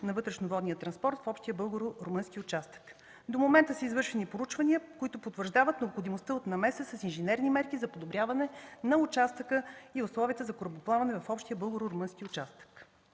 на вътрешно-водния транспорт в общия българо-румънски участък. До момента са извършени проучвания, които потвърждават необходимостта от намеса с инженерни мерки за подобряване на участъка и условията за корабоплаване в общия българо-румънски участък.